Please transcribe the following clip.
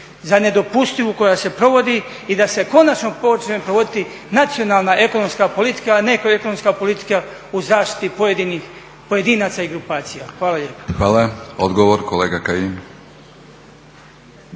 za nedopustivu koja se provodi i da se konačno počne provoditi nacionalna ekonomska politika a ne ekonomska politika u zaštiti pojedinih pojedinaca i grupacija. Hvala lijepa. **Batinić, Milorad